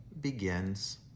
begins